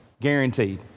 Guaranteed